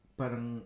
parang